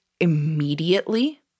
immediately